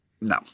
no